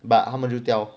but 他们就掉